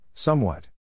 Somewhat